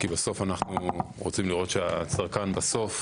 כי אנחנו רוצים לראות שהצרכן בסוף